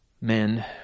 men